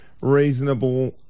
reasonable